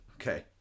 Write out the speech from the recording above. Okay